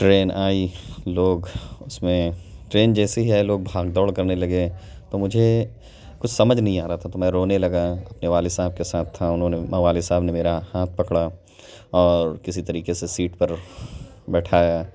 train آئی لوگ اس میں ٹرین جیسے ہی آئی لوگ بھاگ دوڑ کرنے لگے تو مجھے کچھ سمجھ نہیں آ رہا تھا تو میں رونے لگا اپنے والد صاحب کے ساتھ تھا انہوں نے میرے والد صاحب نے میرا ہاتھ پکڑا اور کسی طریقے سے سیٹ پر بیٹھایا